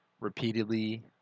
repeatedly